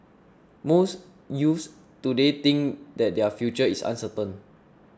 most youths today think that their future is uncertain